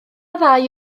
ddau